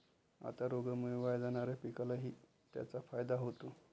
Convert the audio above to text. आता रोगामुळे वाया जाणाऱ्या पिकालाही त्याचा फायदा होतो